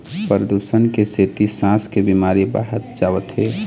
परदूसन के सेती सांस के बिमारी बाढ़त जावत हे